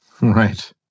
Right